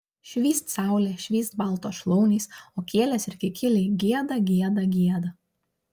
švyst saulė švyst baltos šlaunys o kielės ir kikiliai gieda gieda gieda